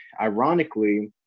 ironically